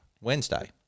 Wednesday